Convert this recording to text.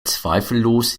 zweifellos